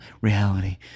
reality